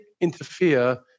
interfere